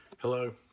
hello